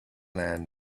land